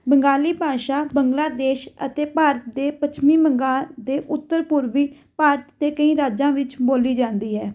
ਬੰਗਾਲੀ ਭਾਸ਼ਾ ਬੰਗਲਾਦੇਸ਼ ਅਤੇ ਭਾਰਤ ਦੇ ਪੱਛਮੀ ਬੰਗਾਲ ਦੇ ਉੱਤਰ ਪੂਰਵੀ ਭਾਰਤ ਦੇ ਕਈ ਰਾਜਾਂ ਵਿੱਚ ਬੋਲੀ ਜਾਂਦੀ ਹੈ